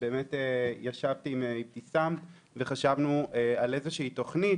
ישבתי עם אבתיסאם וחשבנו על איזה שהיא תכנית,